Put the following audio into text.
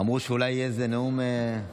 אמרו שאולי יהיה איזה נאום, יהיה,